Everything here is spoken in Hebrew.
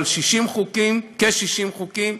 אבל כ-60 חוקים,